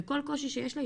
וכל קושי שיש לה,